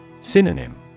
Synonym